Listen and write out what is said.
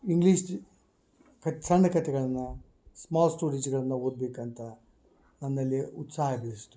English ಕತೆ ಸಣ್ಣ ಕತೆಗಳನ್ನ ಸ್ಮಾಲ್ ಸ್ಟೋರೀಸ್ಗಳನ್ನ ಓದಬೇಕಂತ ನನ್ನಲ್ಲಿ ಉತ್ಸಾಹ ಎಬ್ಬಿಸ್ತು